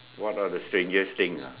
what are the strangest thing ah